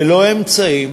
ללא אמצעים,